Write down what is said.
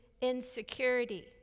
insecurity